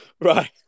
right